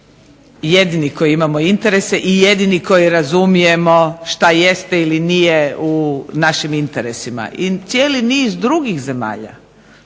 jedini koji imamo interese i jedini koji razumijemo šta jeste ili nije u našim interesima. I cijeli niz drugih zemalja